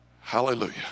Hallelujah